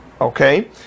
Okay